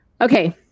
Okay